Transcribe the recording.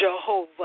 Jehovah